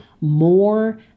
more